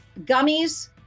Gummies